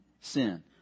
sin